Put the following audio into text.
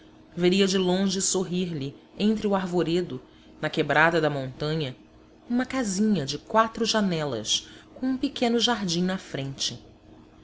veria de longe sorrirlhe entre o arvoredo na quebrada da montanha uma casinha de quatro janelas com um pequeno jardim na frente